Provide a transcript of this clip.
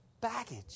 baggage